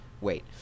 wait